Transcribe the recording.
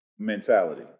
mentality